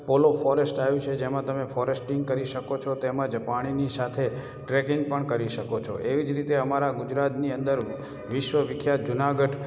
પોલો forest આવ્યું છે જેમાં તમે ફૉરેસ્ટિંગ કરી શકો છો તેમ જ પાણીની સાથે ટ્રૅકિંગ પણ કરી શકો છો એવી જ રીતે અમારા ગુજરાતની અંદર વિશ્વ વિખ્યાત જુનાગઢ